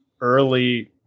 early